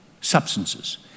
substances